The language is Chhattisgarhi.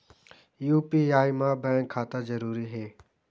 यू.पी.आई मा बैंक खाता जरूरी हे?